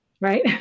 right